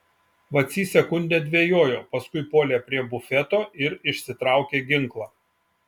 vacys sekundę dvejojo paskui puolė prie bufeto ir išsitraukė ginklą